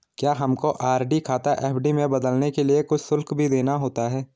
क्या हमको आर.डी खाता एफ.डी में बदलने के लिए कुछ शुल्क भी देना होता है?